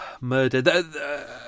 murder